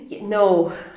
no